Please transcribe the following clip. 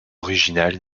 original